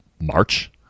march